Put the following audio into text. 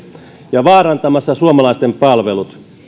ja vaarantamassa suomalaisten palvelut